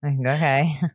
okay